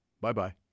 Bye-bye